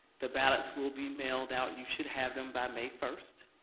the ballots will be mailed out. you should have them by may first.